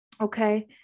Okay